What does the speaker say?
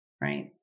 Right